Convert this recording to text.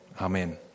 amen